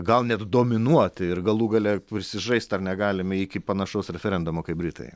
gal net dominuoti ir galų gale prisižaist ar negalim iki panašaus referendumo kaip britai